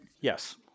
Yes